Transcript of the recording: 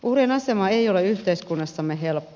uhrien asema ei ole yhteiskunnassamme helppo